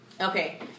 Okay